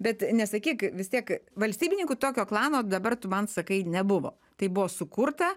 bet nesakyk vis tiek valstybininkų tokio klano dabar tu man sakai nebuvo tai buvo sukurta